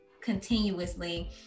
continuously